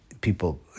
People